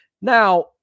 Now